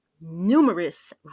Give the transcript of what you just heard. numerous